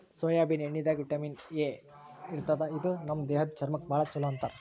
soybean ಎಣ್ಣಿದಾಗ್ vitamin E ಇರ್ತದ್ ಇದು ನಮ್ ದೇಹದ್ದ್ ಚರ್ಮಕ್ಕಾ ಭಾಳ್ ಛಲೋ ಅಂತಾರ್